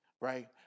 right